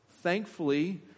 thankfully